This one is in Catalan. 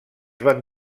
van